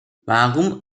warum